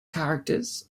characters